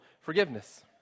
forgiveness